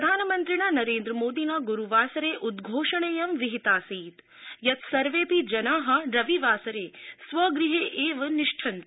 प्रधानमंत्रिणा नरेन्द्रमोदिना गुरूवासरे उद्घोषणेऽयं विहिताऽसीत यत सर्वेपि जनाः रविवासरे स्वगृहे एवं निष्ठन्त